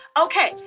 Okay